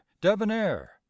debonair